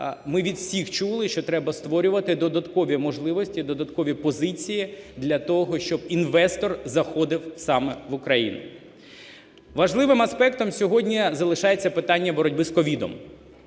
ми від всіх чули, що треба створювати додаткові можливості, додаткові позиції для того, щоб інвестор заходив саме в Україну. Важливим аспектом сьогодні залишається питання боротьби з COVID